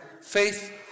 faith